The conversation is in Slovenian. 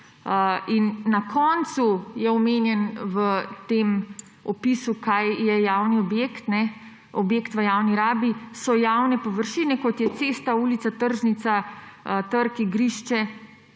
In na koncu je omenjeno v tem opisu, kaj je javni objekt, objekt v javni rabi, da so javne površine, kot je cesta, ulica, tržnica, trg, igrišče,